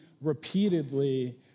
repeatedly